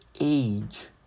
age